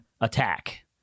attack